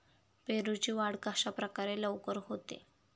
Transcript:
पेरूची वाढ कशाप्रकारे लवकर होते?